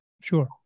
Sure